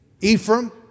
Ephraim